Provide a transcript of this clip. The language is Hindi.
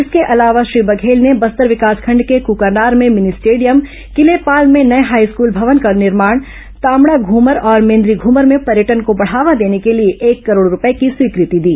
इसके अलावा श्री बघेल ने बस्तर विकासखंड के कुकानार में मिनी स्टेडियम किलेपाल में नये हाईस्कूल भवन का निर्माण तामड़ाध्मर और मेन्द्रीघूमर में पर्यटन को बढ़ावा देने के लिए एक करोड़ रूपये की स्वीकृति दी